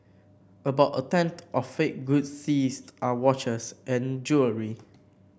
about a tenth of fake goods seized are watches and jewellery